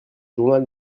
journal